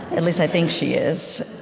at least i think she is.